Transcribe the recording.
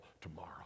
tomorrow